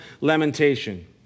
lamentation